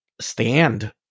stand